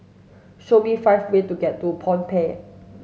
show me five way to get to Phnom Penh